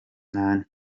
nta